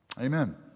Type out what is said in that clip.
Amen